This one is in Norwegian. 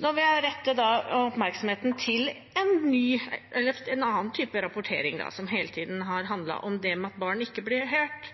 Nå vil jeg rette oppmerksomheten mot en annen type rapportering, som hele tiden har handlet om at barn ikke blir hørt.